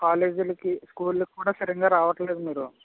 కాలేజీలకి స్కూళ్ళకి కూడా సరిగా రావటం లేదు మీరు